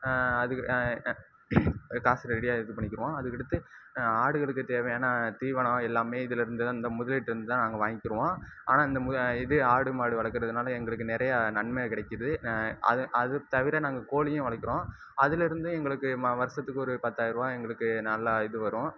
அது காசு ரெடியாக இது பண்ணிக்கிடுவோம் அதுக்கடுத்து ஆடுகளுக்கு தேவையான தீவனம் எல்லாம் இதில் இருந்து தான் இந்த முதலீட்டிலிருந்தான் நாங்கள் வாங்கிருவோம் ஆனால் இந்த இது ஆடு மாடு வளக்கிறதுனால எங்களுக்கு நிறையா நன்மை கிடைக்கிது அது அது தவிர நாங்கள் கோழியும் வளக்கிறோம் அதில் இருந்து எங்களுக்கு வருசத்துக்கு ஒரு பத்தாயிரருவா எங்களுக்கு நல்லா இது வரும்